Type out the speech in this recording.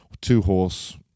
two-horse